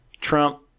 Trump